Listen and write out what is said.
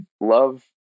love